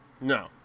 No